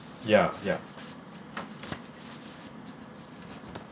ya ya